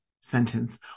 sentence